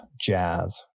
jazz